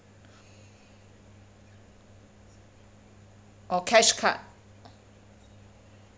or cashcard